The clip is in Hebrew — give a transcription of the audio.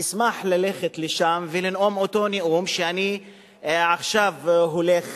אשמח ללכת לשם ולנאום את אותו נאום שאני עכשיו הולך